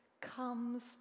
comes